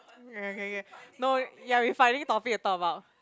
okay K no yea we finding topic to talk about